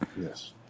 Yes